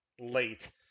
late